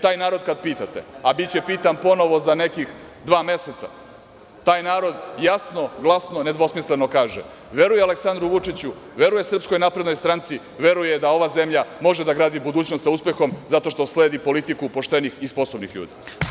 Taj narod kada pitate, a biće pitan ponovo za nekih dva meseca, taj narod jasno, glasno, nedvosmisleno kaže, veruje Aleksandru Vučiću, veruje SNS, veruje da ova zemlja može da gradi budućnost sa uspehom zato što sledi politiku poštenih i sposobnih ljudi.